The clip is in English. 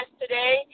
today